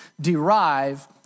derive